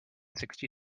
sixty